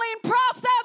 process